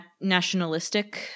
nationalistic